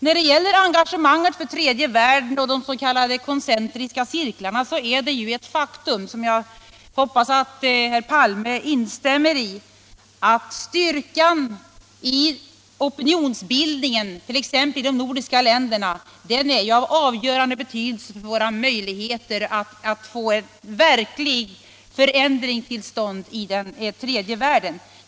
När det gäller engagemanget för tredje världen och de s.k. koncentriska cirklarna är det ett faktum — som jag hoppas att herr Palme instämmer i — att styrkan i opinionsbildningen t.ex. i de nordiska länderna är av avgörande betydelse för våra möjligheter att få en verklig förändring till stånd i tredje världen.